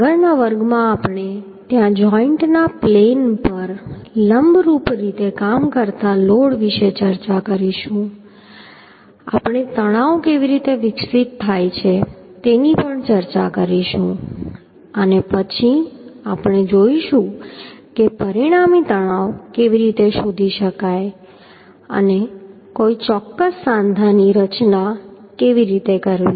આગળના વર્ગમાં આપણે ત્યાં જોઈન્ટના પ્લેન પર લંબરૂપ રીતે કામ કરતા લોડ વિશે ચર્ચા કરીશું આપણે તણાવ કેવી રીતે વિકસિત થાય છે તેની ચર્ચા કરીશું અને પછી આપણે જોઈશું કે પરિણામી તણાવ કેવી રીતે શોધી શકાય અને કોઈ ચોક્કસ સાંધાની રચના કેવી રીતે કરવી